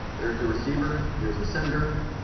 there is the r eceiver, here is the sender.